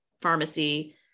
pharmacy